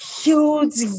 huge